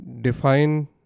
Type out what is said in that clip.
define